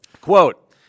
Quote